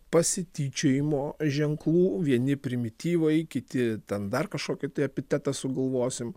pasityčiojimo ženklų vieni primityvai kiti ten dar kažkokį tai epitetą sugalvosim